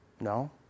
No